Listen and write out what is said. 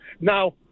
Now